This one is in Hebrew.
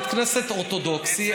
בית כנסת אורתודוקסי,